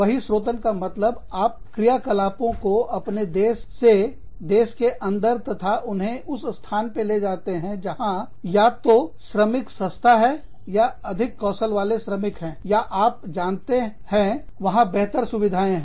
बहिस्रोतन का मतलब आप क्रियाकलापों को अपने देश से देश के अंदर तथा उन्हें उस स्थान पर ले जाते हैं जहां या तो श्रमिक सस्ता है या अधिक कौशल वाले श्रमिक हैं या आप जानते हो वहां बेहतर सुविधाएँ हैं